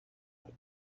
what